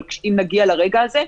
אבל אם נגיע לרגע הזה,